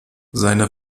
seine